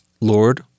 Lord